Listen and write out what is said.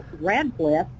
Radcliffe